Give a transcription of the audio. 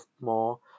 more